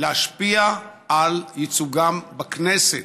להשפיע על ייצוגם בכנסת.